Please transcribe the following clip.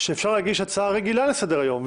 שאפשר להגיש הצעה רגילה לסדר-היום,